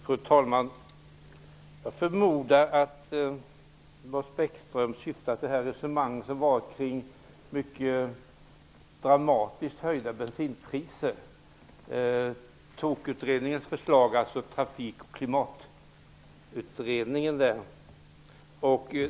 Fru talman! Jag förmodar att Lars Bäckström syftar till resonemanget kring Trafik och klimatutredningens förslag om dramatiskt höjda bensinpriser.